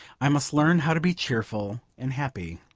i must learn how to be cheerful and happy.